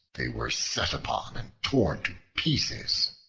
they were set upon and torn to pieces.